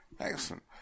Excellent